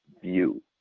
view